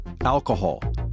alcohol